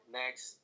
next